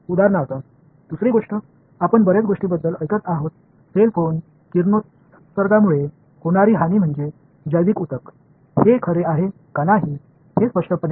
உதாரணமாக உயிரியல் திசுக்களைச் செல்போன் கதிர்வீச்சு சேதம் ஏற்படுத்துகிறது போன்ற விஷயங்களைக் கேள்விப்படுகிறோம் இது உண்மையா பொய்யா என்று அது முழுமையாகத் தெரியவில்லை